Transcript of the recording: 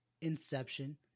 Inception